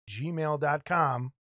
gmail.com